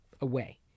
away